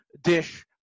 dish